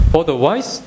otherwise